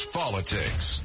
politics